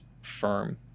firm